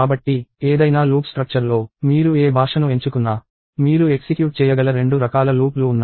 కాబట్టి ఏదైనా loop structure లో మీరు ఏ భాషను ఎంచుకున్నా మీరు ఎక్సిక్యూట్ చేయగల రెండు రకాల లూప్లు ఉన్నాయి